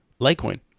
Litecoin